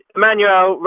Emmanuel